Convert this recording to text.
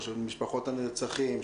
של משפחות הנרצחים,